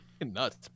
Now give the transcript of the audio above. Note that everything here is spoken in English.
nuts